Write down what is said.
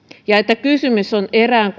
eli kysymys on